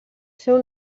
seu